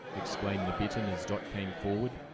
exclaimed the bittern, as dot came forward,